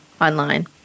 online